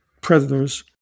predators